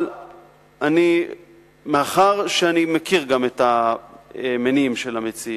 אבל מאחר שאני מכיר גם את המניעים של המציעים,